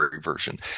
version